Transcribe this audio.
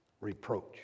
reproach